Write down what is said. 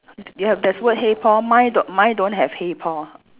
d~ you have there's word hey Paul mine d~ mine don't have hey Paul